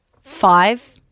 five